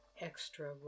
extra